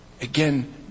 Again